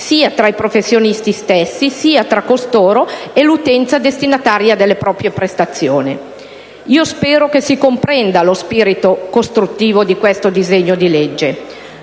sia tra i professionisti stessi, sia tra costoro e l'utenza destinataria delle loro prestazioni. Io spero che si comprenda lo spirito costruttivo di questo disegno di legge.